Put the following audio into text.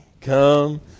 come